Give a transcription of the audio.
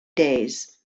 days